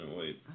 wait